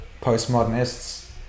postmodernists